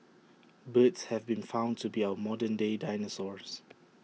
birds have been found to be our modern day dinosaurs